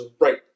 right